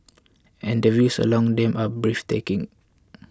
and the views along them are breathtaking